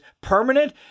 permanent